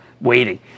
waiting